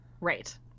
Right